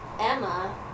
Emma